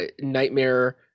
nightmare